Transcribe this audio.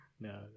No